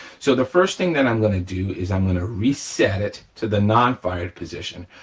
so the first thing that i'm gonna do is i'm gonna reset it to the non-fired position.